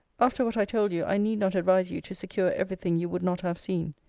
after what i told you, i need not advise you to secure every thing you would not have seen.